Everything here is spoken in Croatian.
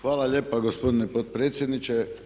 Hvala lijepa gospodine potpredsjedniče.